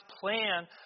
plan